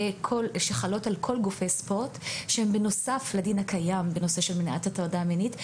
שהן בנוסף לדין הקיים בנושא של מניעת הטרדה מינית,